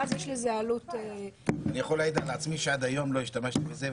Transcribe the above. ואז יש לזה עלות -- אני יכול להעיד על עצמי שעד היום לא השתמשתי בזה,